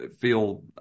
feel